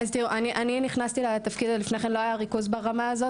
אני נכנסתי לתפקיד הזה לפני פחות משנה ולפני כן לא היה ריכוז ברמה הזאת.